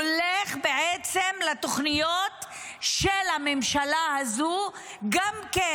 הולך בעצם לתוכניות של הממשלה הזו גם כן,